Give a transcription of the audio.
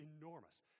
enormous